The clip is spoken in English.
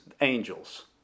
angels